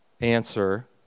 answer